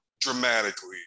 dramatically